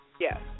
yes